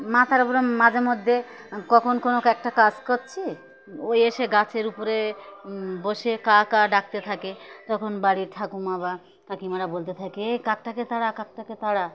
মাথার উপর মাথার মধ্যে কখন কোনো একটা কাজ করছি ও এসে গাছের উপরে বসে কা কা ডাকতে থাকে তখন বাড়ির ঠাকুমা বা কাকিমারা বলতে থাকে এ কাকটাকে তাড়া কাকটাকে তাড়া